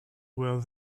were